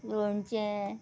लोणचें